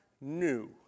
new